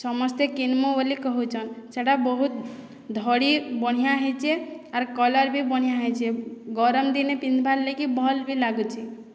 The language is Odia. ସମସ୍ତେ କିଣ୍ମୁ ବୋଲି କୋହୁଚନ୍ ସେଟା ବହୁତ୍ ଧଡ଼ି ବଢ଼ିଆ ହେଇଚେ ଆରୁ କଲର୍ ବି ବଢ଼ିଆ ହେଇଚେ ଗରମ୍ ଦିନେ ପିନ୍ଧ୍ବାର୍ ଲାଗି ଭଲ୍ ବି ଲାଗୁଚେ